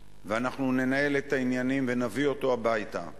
ואנחנו ננהל את העניינים ונביא אותו הביתה.